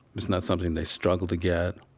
it's not something they struggle to get,